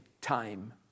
Time